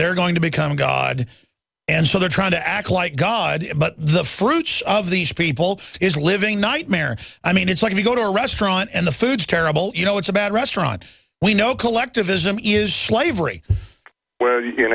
they're going to become god and so they're trying to act like god but the fruits of these people is a living nightmare i mean it's like you go to a restaurant and the food is terrible you know it's a bad restaurant we know collectivism is slavery you